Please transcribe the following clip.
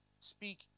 Speak